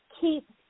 keep